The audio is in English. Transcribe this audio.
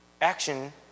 action